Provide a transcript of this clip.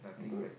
good